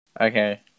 Okay